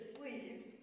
sleeve